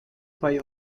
bei